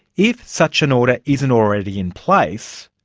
if such an order isn't already in place,